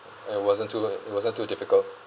and it wasn't too eh it wasn't too difficult